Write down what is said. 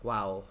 Wow